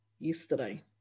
Yesterday